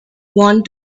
want